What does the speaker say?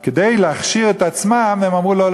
אז כדי להכשיר את עצמם הם אמרו: לא,